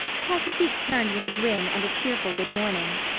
pacifique turned with a grin and a cheerful good morning.